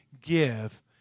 give